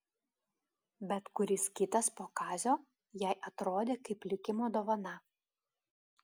bet kuris kitas po kazio jai atrodė kaip likimo dovana